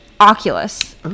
Oculus